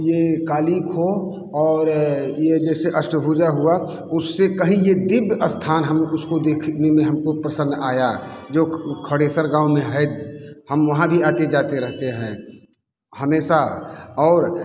ये काली खोह और ये जैसे अष्टभुजा हुआ उससे कहीं ये दिव्य स्थान हम उसको देखने में हमको पसंद आया जो खडे़सर गाँव में है हम वहाँ भी आते जाते रहते हैं हमेशा और